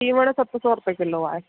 तीवण सत सौ रुपए किलो आहे